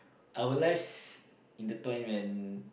our lives intertwine when